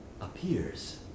appears